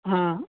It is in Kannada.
ಹಾಂ